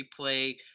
replay